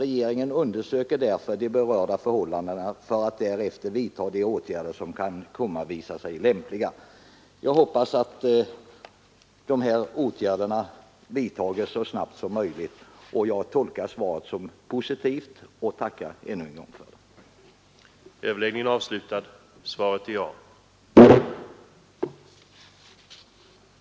— ”Regeringen undersöker därför de berörda förhållandena för att därefter vidta de åtgärder som kan visa sig lämpliga.” Jag hoppas att de här åtgärderna vidtas så snabbt som möjligt. Jag tolkar svaret som positivt och tackar ännu en gång för detsamma.